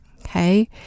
okay